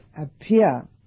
appear